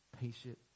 patient